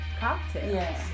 cocktails